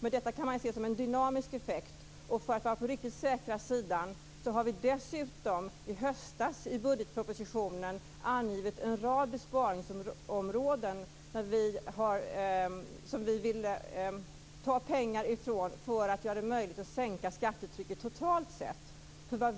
Men detta kan man se som en dynamisk effekt. För att vara på den riktigt säkra sidan har vi dessutom i höstas i budgetpropositionen angivit en rad besparingsområden som vi vill ta pengar från för att göra det möjligt att sänka skattetrycket totalt sett. Det